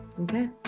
Okay